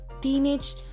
Teenage